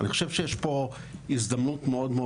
אני חושב שיש פה הזדמנות גדולה מאוד.